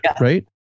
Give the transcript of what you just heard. right